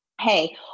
Hey